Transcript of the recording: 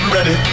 Ready